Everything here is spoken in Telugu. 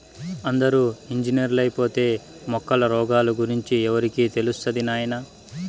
అందరూ ఇంజనీర్లైపోతే మొక్కల రోగాల గురించి ఎవరికి తెలుస్తది నాయనా